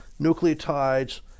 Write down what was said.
nucleotides